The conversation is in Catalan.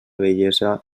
vellesa